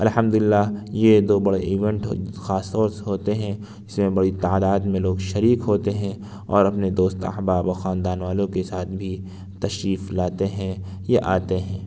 الحمد للہ یہ دو بڑے ایوینٹ خاص طور سے ہوتے ہیں اس میں بڑی تعداد میں لوگ شریک ہوتے ہیں اور اپنے دوست احباب و خاندان والوں کے ساتھ بھی تشریف لاتے ہیں یا آتے ہیں